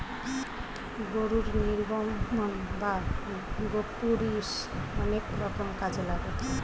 গরুর নির্গমন বা গোপুরীষ অনেক রকম কাজে লাগে